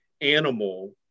animal